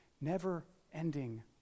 never-ending